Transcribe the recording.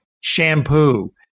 Shampoo